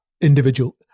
individual